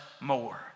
more